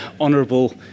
Honourable